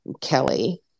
Kelly